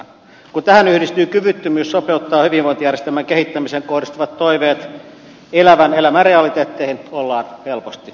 kun tähän yhdistyy kyvyttömyys sopeuttaa hyvinvointijärjestelmän kehittämiseen kohdistuvat toiveet elävän elämän realiteetteihin ollaan helposti suossa